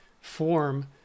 form